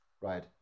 Right